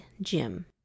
Jim